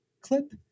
clip